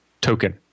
token